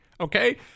okay